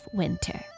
winter